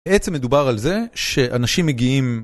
בעצם מדובר על זה שאנשים מגיעים...